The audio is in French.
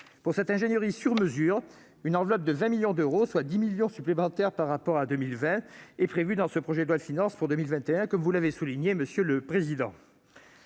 Pour cette ingénierie sur mesure, une enveloppe de 20 millions d'euros, soit 10 millions supplémentaires par rapport à 2020, est prévue dans le projet de loi de finances pour 2021, comme vous l'avez souligné, monsieur Requier.